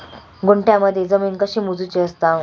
गुंठयामध्ये जमीन कशी मोजूची असता?